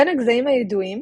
בין הגזעים הידועים